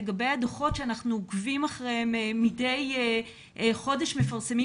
לגבי הדוחות שאנחנו עוקבים אחריהם מדי חודש ומפרסמים